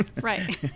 right